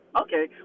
okay